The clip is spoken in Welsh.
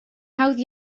hawdd